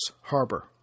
harbor